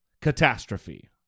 catastrophe